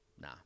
nah